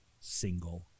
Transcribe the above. single